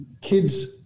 kids